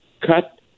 cut